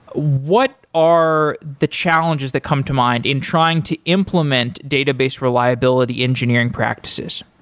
what are the challenges that come to mind in trying to implement database reliability engineering practices?